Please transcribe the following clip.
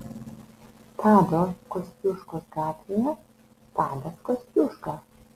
tado kosciuškos gatvėje tadas kosciuška